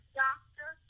doctor